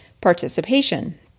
participation